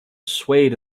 swayed